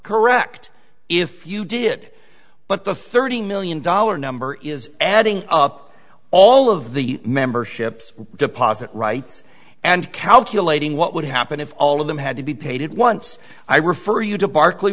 correct if you did it but the thirty million dollar number is adding up all of the memberships deposit rights and calculating what would happen if all of them had to be paid at once i refer you to bar